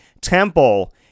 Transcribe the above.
Temple